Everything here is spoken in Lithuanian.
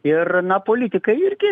ir na politikai irgi